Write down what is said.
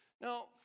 Now